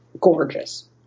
gorgeous